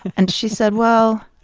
and she said, well,